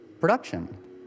production